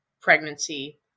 pregnancy